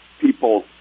people